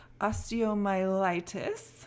osteomyelitis